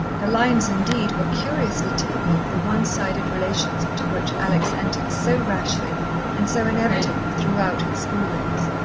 the lines, indeed, were curiously typical of the one-sided relations into which alex entered so rashly and so inevitably throughout her schooldays.